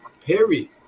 period